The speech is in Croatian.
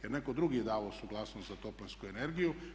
Jer netko drugi je davao suglasnost za toplinsku energiju.